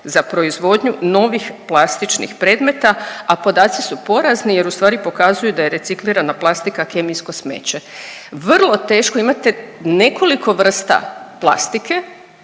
za proizvodnju novih plastičnih predmeta, a podaci su porazni jer ustvari pokazuju da je reciklirana plastika kemijsko smeće. Vrlo teško, imate nekoliko vrsta plastike